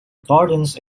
gardens